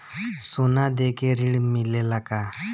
सोना देके ऋण मिलेला का?